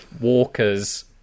Walkers